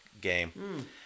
game